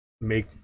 make